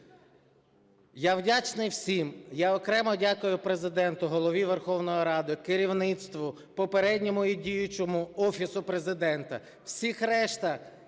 Я вдячний всім. Я окремо дякую Президенту, Голові Верховної Ради, керівництву, попередньому і діючому Офісу Президента, всім решта,